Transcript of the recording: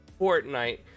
Fortnite